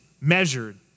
measured